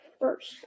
first